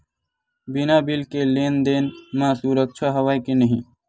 बिना बिल के लेन देन म सुरक्षा हवय के नहीं?